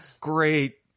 great